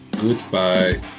Goodbye